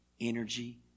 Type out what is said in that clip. energy